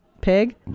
pig